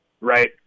right